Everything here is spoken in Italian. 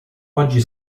oggi